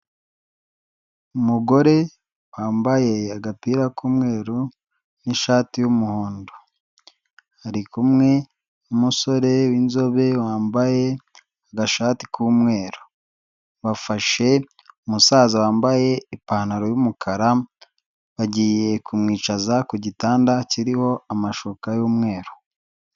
Umugore wambaye agapira k'umweru n'ishati y'umuhondo ari kumwe n'umusore w'inzobe wambaye agashati k'umweru, bafashe umusaza wambaye ipantaro y'umukara bagiye kumwicaza ku gitanda kiriho amashuka y'umweru.